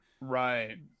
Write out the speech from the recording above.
right